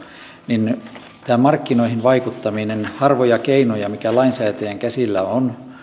niin tämä markkinoihin vaikuttaminen harvoja keinoja mitä lainsäätäjien käsillä on